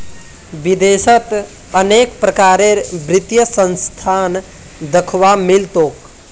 विदेशत अनेक प्रकारेर वित्तीय संस्थान दख्वा मिल तोक